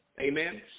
Amen